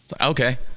Okay